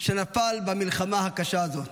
שנפל במלחמה הקשה הזאת,